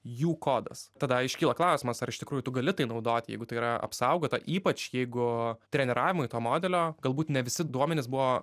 jų kodas tada iškyla klausimas ar iš tikrųjų tu gali tai naudoti jeigu tai yra apsaugota ypač jeigu treniravimui to modelio galbūt ne visi duomenys buvo